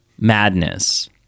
madness